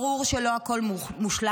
ברור שלא הכול מושלם,